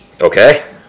okay